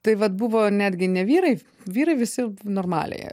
tai vat buvo netgi ne vyrai vyrai visi normaliai